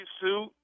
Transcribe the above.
suit